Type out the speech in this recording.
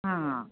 ಹಾಂ